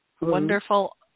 Wonderful